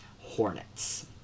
Hornets